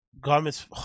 garments